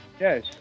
Yes